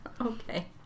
Okay